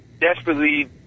desperately